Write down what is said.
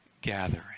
gathering